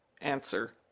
Answer